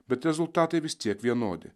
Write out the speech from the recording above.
bet rezultatai vis tiek vienodi